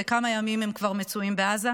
וכמה ימים הם כבר מצויים בעזה,